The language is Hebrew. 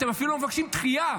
אתם אפילו לא מבקשים דחייה.